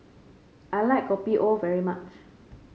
I like Kopi O very much